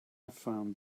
found